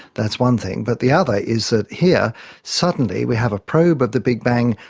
that's one thing. but the other is that here suddenly we have a probe of the big bang,